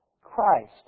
Christ